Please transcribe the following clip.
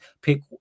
Pick